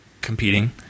competing